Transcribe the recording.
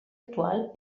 actual